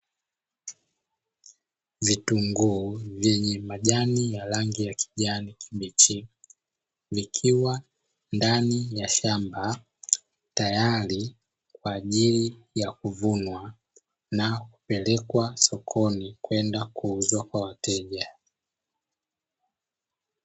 Vitunguu vyenye majani ya rangi ya kijani kibichi vikiwa ndani ya shamba tayari kwa ajili ya kuvunwa na kupelekwa sokoni kwenda kuuzwa kwa wateja.